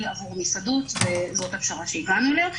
עבור מסעדות וזאת הפשרה שהגענו אליה.